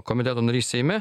komiteto narys seime